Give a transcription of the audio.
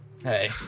Hey